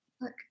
Look